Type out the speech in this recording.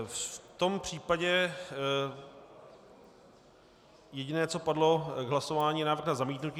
V tom případě jediné, co padlo k hlasování návrh na zamítnutí.